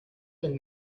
been